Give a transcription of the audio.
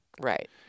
Right